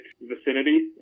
vicinity